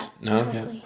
no